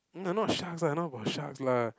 no not sharks lah not about sharks lah